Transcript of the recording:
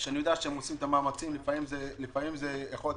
שאני יודע שעושות מאמצים לפעמים זה יכול להיות